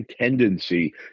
tendency